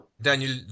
Daniel